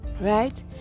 right